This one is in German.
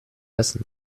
essen